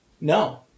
No